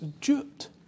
duped